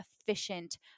efficient